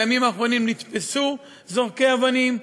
בימים האחרונים נתפסו זורקי אבנים,